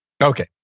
Okay